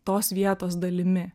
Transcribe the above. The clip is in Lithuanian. tos vietos dalimi